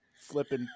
flipping